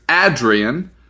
Adrian